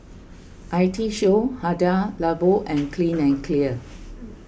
I T Show Hada Labo and Clean and Clear